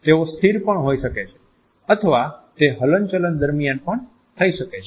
તેઓ સ્થિર પણ હોઈ શકે છે અથવા તે હલનચલન દરમિયાન પણ થઈ શકે છે